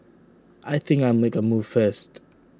I think I'll make A move first